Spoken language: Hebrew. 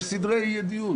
יש סדרי דיון.